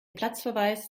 platzverweis